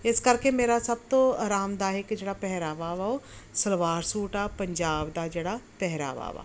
ਇਸ ਕਰਕੇ ਮੇਰਾ ਸਭ ਤੋਂ ਆਰਾਮਦਾਇਕ ਜਿਹੜਾ ਪਹਿਰਾਵਾ ਵਾ ਉਹ ਸਲਵਾਰ ਸੂਟ ਆ ਪੰਜਾਬ ਦਾ ਜਿਹੜਾ ਪਹਿਰਾਵਾ ਵਾ